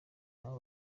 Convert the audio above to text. nabo